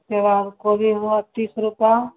उसके बाद कोबी हुई तीस रुपया